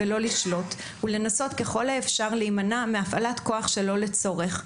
לא לשלוט ולנסות ככל האפשר להימנע מהפעלת כוח שלא לצורך.